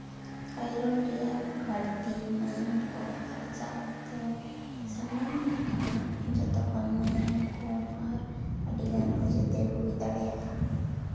iron ᱨᱮᱭᱟᱜ ᱜᱷᱟᱹᱴᱛᱤ ᱢᱟᱭᱟᱢ ᱠᱚ ᱟᱨᱡᱟᱣ ᱫᱚ ᱥᱟᱱᱟᱢ ᱞᱮᱠᱟᱱᱟᱜ ᱡᱚᱛᱚ ᱠᱷᱚᱱ ᱢᱟᱭᱟᱢ ᱠᱚᱢ ᱟᱨ ᱟᱹᱰᱤᱜᱟᱱ ᱚᱡᱮᱛᱮ ᱦᱩᱭ ᱫᱟᱲᱮᱭᱟᱜᱼᱟ